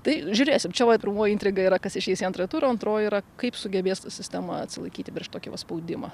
tai žiūrėsim čia va pirmoji intriga yra kas išeis į antrą turą o antroji yra kaip sugebės sistema atsilaikyti prieš tokį va spaudimą